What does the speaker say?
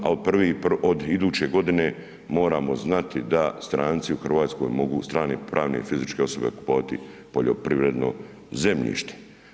A od iduće godine moramo znati da stranci u Hrvatskoj mogu, strane pravne fizičke osobe kupovati poljoprivredno zemljište.